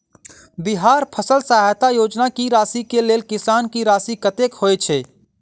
बिहार फसल सहायता योजना की राशि केँ लेल किसान की राशि कतेक होए छै?